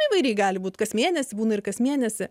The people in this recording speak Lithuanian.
įvairiai gali būt kas mėnesį būna ir kas mėnesį